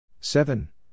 seven